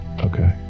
Okay